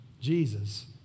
Jesus